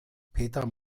peter